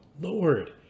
Lord